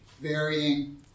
varying